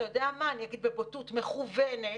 אני אגיד בבוטות: מכוונת,